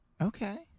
Okay